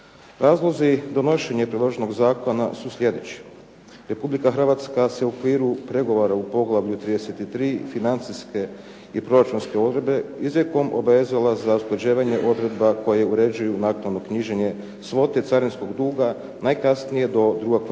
Razlozi donošenja priloženog zakona su sljedeći. Republika Hrvatska se u okviru pregovora u poglavlju 33.-Financijske i proračunske odredbe izrijekom obavezala za usklađivanje odredba koje uređuju naknadno knjiženje svote carinskog duga najkasnije do drugog